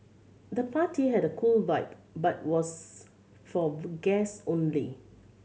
the party had a cool vibe but was for guests only